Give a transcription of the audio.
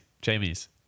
Jamie's